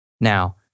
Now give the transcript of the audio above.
Now